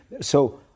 So-